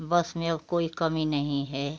बस में और कोई कमी नहीं है